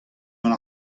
gant